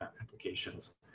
applications